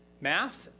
math,